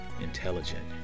intelligent